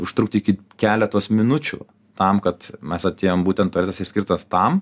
užtrukti iki keletos minučių tam kad mes atėjom būtent tualetas ir skirtas tam